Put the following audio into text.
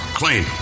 clean